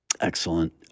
excellent